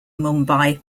mumbai